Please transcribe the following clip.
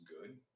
good